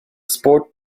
sport